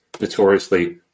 notoriously